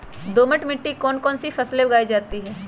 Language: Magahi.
दोमट मिट्टी कौन कौन सी फसलें उगाई जाती है?